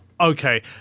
Okay